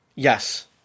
Yes